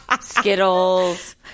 Skittles